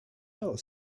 dollar